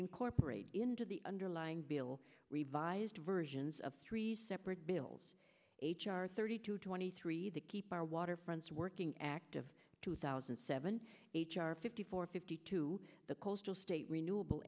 incorporate into the underlying bill revised versions of three separate bills h r thirty two twenty three that keep our waterfronts working active two thousand and seven h r fifty four fifty two the coastal state renewable